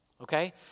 okay